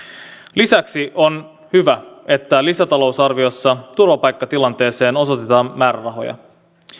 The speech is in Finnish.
lisäksi on hyvä että lisätalousarviossa turvapaikkatilanteeseen osoitetaan määrärahoja